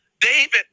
David